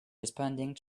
responding